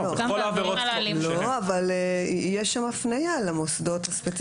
גם בעבירות כלכליות וכולי שמתייחס להמשך עיסוק מסוים.